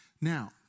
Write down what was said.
Now